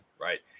Right